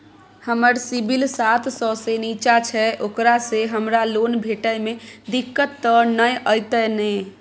हमर सिबिल सात सौ से निचा छै ओकरा से हमरा लोन भेटय में दिक्कत त नय अयतै ने?